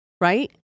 Right